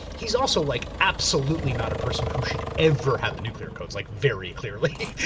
he's also like absolutely not a person who should ever have the nuclear codes, like very clearly.